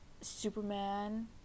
Superman